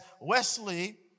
Wesley